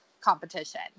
competition